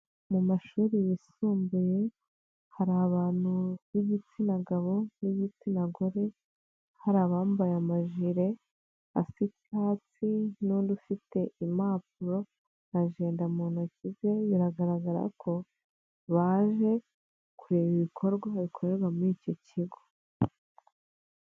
Mu mashuri yisumbuye, hari abantu b'igitsina gabo n'igitsina gore, hari abambaye amajire asa icyatsi n'undi ufite impapuro na jenda mu ntoki ze biragaragara ko, baje kureba ibikorwa bikorerwa muri icyo kigo.